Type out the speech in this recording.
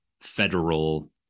federal